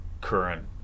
current